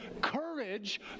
courage